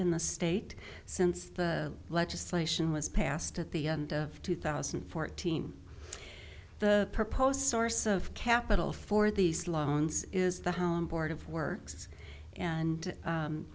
in the state since the legislation was passed at the end of two thousand and fourteen the proposed source of capital for these loans is the hound board of works and